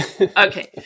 Okay